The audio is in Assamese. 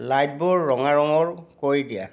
লাইটবোৰ ৰঙা ৰঙৰ কৰি দিয়া